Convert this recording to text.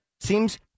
seems